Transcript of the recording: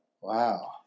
Wow